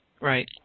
Right